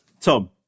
Tom